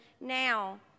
now